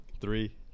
Three